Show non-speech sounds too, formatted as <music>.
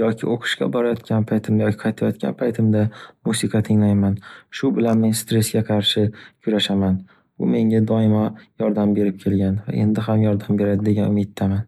yoki o’qishga borayotgan paytimda yoki qaytayotgan paytimda musiqa tinglayman. Shu bilan men stresga qarshi kurashaman. Bu menga doimo yordam berib kelgan. Va endi ham <noise> yordam beradi degan umiddaman.